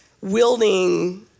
wielding